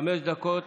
חמש דקות